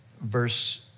verse